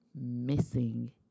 Missing